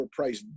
overpriced